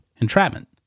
entrapment